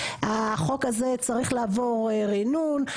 החוק הזה צריך לעבור ריענון,